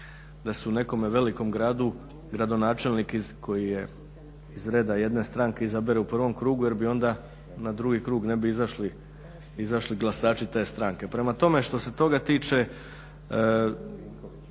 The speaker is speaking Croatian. da su u nekome velikom gradu gradonačelnik koji je iz reda jedne stranke izabere u prvom krugu jer bi onda na drugi krug ne bi izašli glasači te stranke. Prema tome, što se toga tiče